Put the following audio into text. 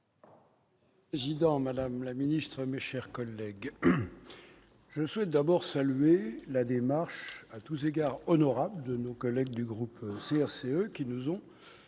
Monsieur le président, madame la garde des sceaux, mes chers collègues, je souhaite tout d'abord saluer la démarche, à tous égards honorable, de nos collègues du groupe CRCE, qui nous